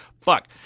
Fuck